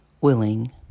willing